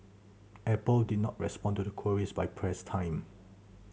Apple did not respond to queries by press time